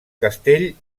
castell